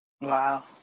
Wow